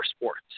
sports